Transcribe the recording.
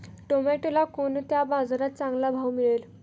टोमॅटोला कोणत्या बाजारात चांगला भाव मिळेल?